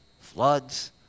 floods